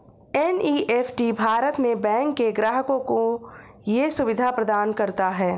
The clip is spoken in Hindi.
एन.ई.एफ.टी भारत में बैंक के ग्राहकों को ये सुविधा प्रदान करता है